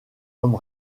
homme